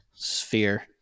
Sphere